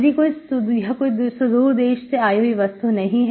यह कोई सुदूर देश से आई हुई वस्तु नहीं है